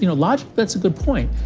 you know logically that's a good point.